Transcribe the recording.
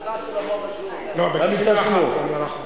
"מבצע שלמה" היה ב-1991.